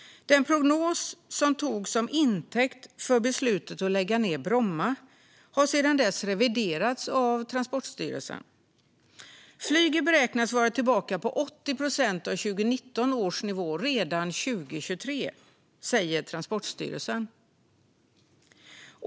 Den prognos som togs till intäkt för beslutet att lägga ned Bromma har sedan dess reviderats av Transportstyrelsen. Flyget beräknas vara tillbaka på 80 procent av 2019 års nivå redan 2023, säger Transportstyrelsen nu.